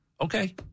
Okay